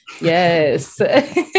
yes